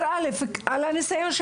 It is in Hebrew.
הכבוד ההנהלות של